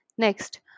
Next